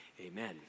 Amen